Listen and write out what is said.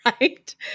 Right